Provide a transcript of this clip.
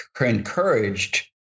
encouraged